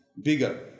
bigger